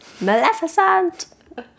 Maleficent